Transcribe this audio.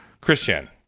Christian